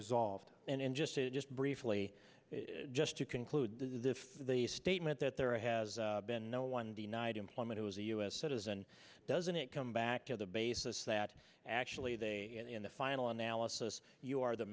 resolved and in just it just briefly just to conclude this is if the statement that there has been no one denied employment was a u s citizen doesn't it come back to the basis that actually they in the final analysis you are the